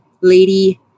lady